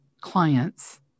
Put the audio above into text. clients